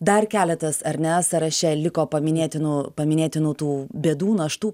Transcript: dar keletas ar ne sąraše liko paminėtinų paminėtinų tų bėdų naštų